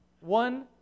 one